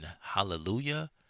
hallelujah